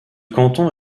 canton